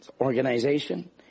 organization